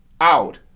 out